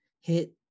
hit